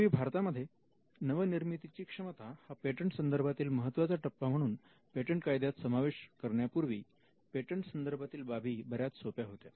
पूर्वी भारतामध्ये नवनिर्मितीची क्षमता हा पेटंट संदर्भातील महत्त्वाचा टप्पा म्हणून पेटंट कायद्यात समावेश करण्यापूर्वी पेटंट संदर्भातील बाबी बऱ्याच सोप्या होत्या